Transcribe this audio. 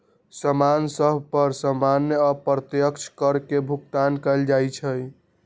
समान सभ पर सामान्य अप्रत्यक्ष कर के भुगतान कएल जाइ छइ